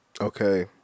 Okay